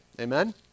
amen